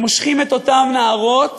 והם מושכים את אותן נערות